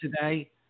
Today